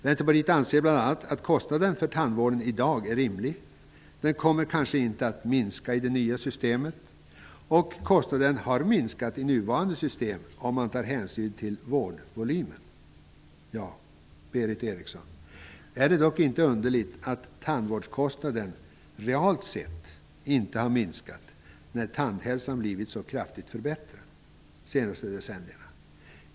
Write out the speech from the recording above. Vänsterpartiet anser bl.a. att kostnaden för tandvården i dag är rimlig men att den kanske inte kommer att minska i det nya systemet. Man finner om man tar hänsyn till vårdvolymen att kostnaden i nuvarande system har minskat. Berith Eriksson! Är det dock inte underligt att tandvårdskostnaden realt sett inte har minskat samtidigt som tandhälsan har blivit så kraftigt förbättrad under de senaste decennierna?